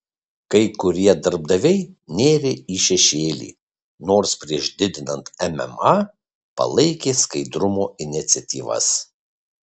kai kurie darbdaviai nėrė į šešėlį nors prieš didinant mma palaikė skaidrumo iniciatyvas